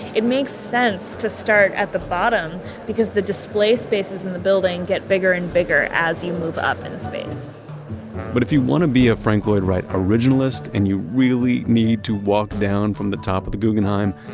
it makes sense to start at the bottom because the display spaces in the building get bigger and bigger as you move up in space but if you want to be a frank lloyd wright originalist and you really need to walk down from the top of the guggenheim,